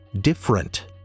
different